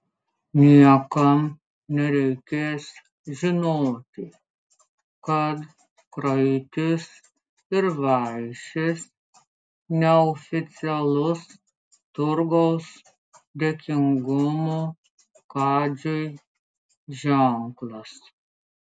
niekam nereikės žinoti kad kraitis ir vaišės neoficialus turgaus dėkingumo kadžiui ženklas